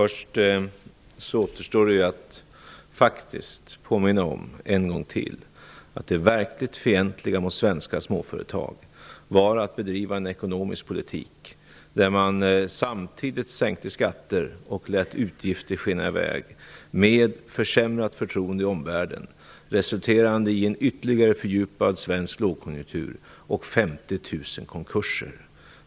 Herr talman! Först vill jag en gång till påminna om att det verkligt fientliga mot svenska småföretag var att bedriva en ekonomisk politik som innebar att man samtidigt sänkte skatter och lät utgifter skena i väg, vilket ledde till försämrat förtroende i omvärlden. Det resulterade i en ytterligare fördjupad svensk lågkonjunktur och 50 000 konkurser.